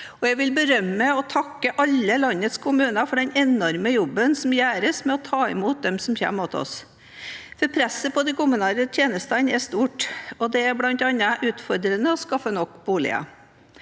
Jeg vil berømme og takke alle landets kommuner for den enorme jobben som gjøres med å ta imot dem som kommer til oss. Presset på de kommunale tjenestene er stort, og det er bl.a. utfordrende å skaffe nok boliger.